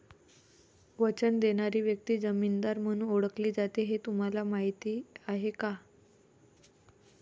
वचन देणारी व्यक्ती जामीनदार म्हणून ओळखली जाते हे तुम्हाला माहीत आहे का?